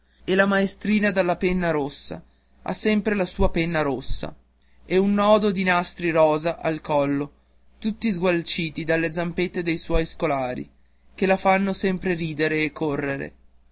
e la maestrina della penna rossa ha sempre la sua penna rossa e un nodo di nastri rosa al collo tutti sgualciti dalle zampette dei suoi scolari che la fanno sempre ridere e correre